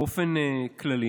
באופן כללי,